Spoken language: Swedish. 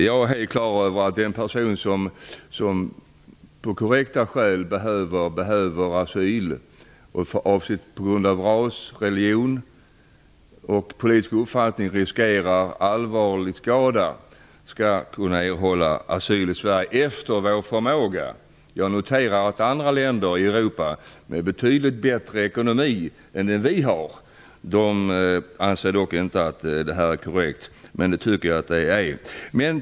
Jag är klar över att en person som på grund av korrekta skäl behöver asyl och som på grund av ras, religion och politisk uppfattning riskerar allvarlig skada skall kunna erhålla asyl i Sverige efter vår förmåga. Jag har noterat att andra länder i Europa med betydligt bättre ekonomi än vad vi har anser dock inte att detta är korrekt, vilket jag anser.